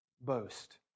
boast